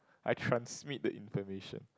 I transmit the information